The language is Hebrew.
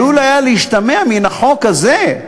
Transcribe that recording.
עלול היה להשתמע מן החוק הזה,